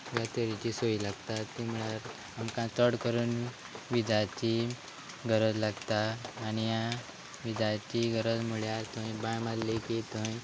ज्या तरेची सोय लागता ती म्हळ्यार आमकां चड करून विजाची गरज लागता आनी ह्या विजाची गरज म्हळ्यार थंय बांय मारली की थंय